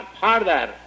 further